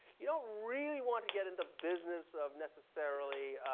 you don't really want to get in the business of necessarily,